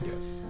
yes